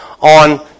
on